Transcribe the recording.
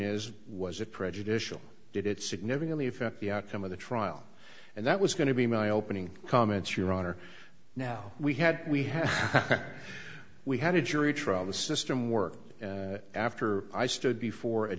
is was it prejudicial did it significantly affect the outcome of the trial and that was going to be my opening comments your honor now we had we had we had a jury trial the system worked after i stood before